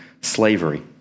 slavery